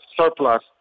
surplus